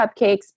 cupcakes